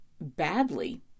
badly